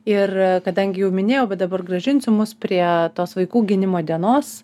ir kadangi jau minėjau bet dabar grąžinsiu mus prie tos vaikų gynimo dienos